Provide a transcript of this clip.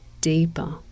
deeper